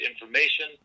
information